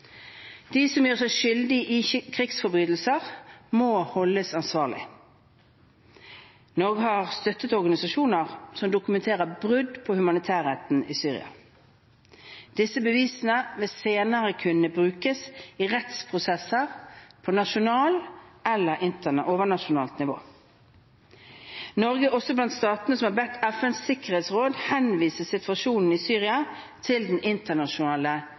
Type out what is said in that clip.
De som gjør seg skyldige i krigsforbrytelser, må holdes ansvarlig. Norge har støttet organisasjoner som dokumenterer brudd på humanitærretten i Syria. Disse bevisene vil senere kunne brukes i rettsprosesser på nasjonalt eller overnasjonalt nivå. Norge er også blant statene som har bedt FNs sikkerhetsråd henvise situasjonen i Syria til Den internasjonale